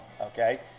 okay